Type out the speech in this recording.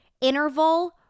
interval